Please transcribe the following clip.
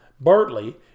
Bartley